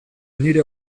nire